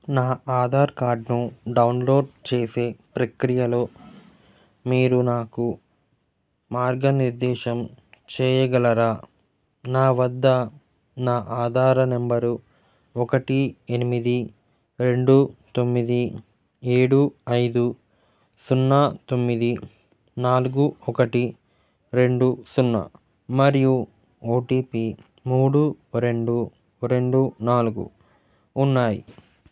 నా ఆధార్ కార్డ్ను డౌన్లోడ్ చేసే ప్రక్రియలో మీరు నాకు మార్గనిర్దేశం చేయగలరా నా వద్ద నా ఆధార్ నెంబరు ఒకటి ఎనిమిది రెండు తొమ్మిది ఏడు ఐదు సున్నా తొమ్మిది నాలుగు ఒకటి రెండు సున్నా మరియు ఓ టీ పీ మూడు రెండు రెండు నాలుగు ఉన్నాయి